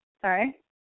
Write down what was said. Sorry